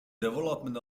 development